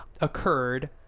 Occurred